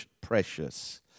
precious